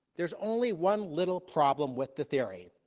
there's only one little problem with the theory.